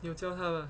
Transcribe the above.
你有教她啊